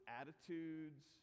attitudes